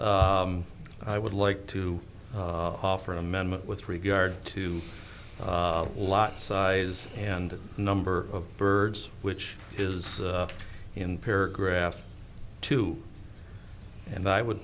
i would like to offer an amendment with regard to a lot size and number of birds which is in paragraph two and i would